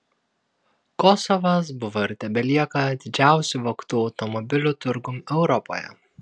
kosovas buvo ir tebelieka didžiausiu vogtų automobilių turgum europoje